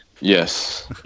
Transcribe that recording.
Yes